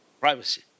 Privacy